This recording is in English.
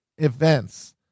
events